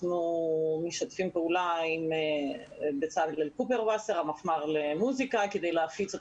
אנחנו משתפים פעולה עם בצלאל קופרוסר המפמ"ר למוסיקה כדי להפיץ את